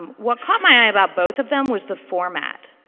um what caught my eye about both of them was the format.